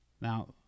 Now